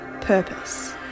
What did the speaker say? purpose